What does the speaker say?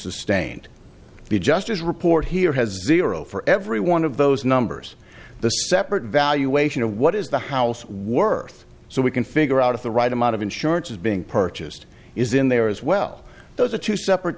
sustained you just as report here has zero for every one of those numbers the separate valuation of what is the house worth so we can figure out if the right amount of insurance is being purchased is in there as well those are two separate